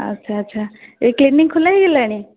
ଆଚ୍ଛା ଆଚ୍ଛା ଏଇ କ୍ଲିନିକ୍ ଖୋଲା ହେଇଗଲାଣି